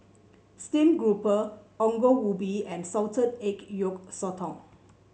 steam grouper Ongol Ubi and Salted Egg Yolk Sotong